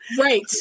Right